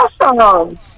Awesome